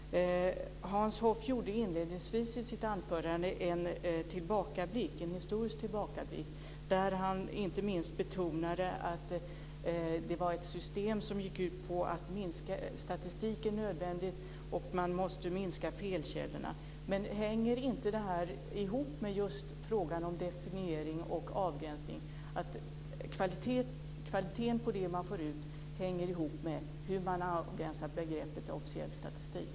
Hans Hoff gjorde inledningsvis i sitt anförande en historisk tillbakablick där han inte minst betonade att det var ett system som gick ut på att det är nödvändigt med statistik och att man måste minska felkällorna. Men hänger inte det här ihop med frågan om definiering och avgränsning, att kvaliteten på det man får ut hänger ihop med hur man har avgränsar begreppet officiell statistik?